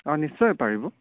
অঁ নিশ্চয় পাৰিব